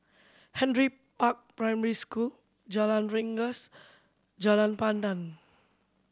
Henry Park Primary School Jalan Rengas Jalan Pandan